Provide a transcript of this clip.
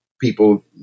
people